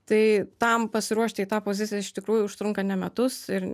tai tam pasiruošti į tą poziciją iš tikrųjų užtrunka ne metus ir